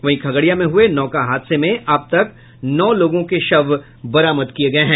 वहीं खगड़िया में हुये नौका हादसे में अब तक नौ लोगों के शव बरामद किये गये हैं